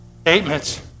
statements